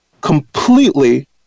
completely